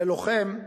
ללוחם,